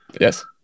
yes